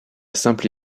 simple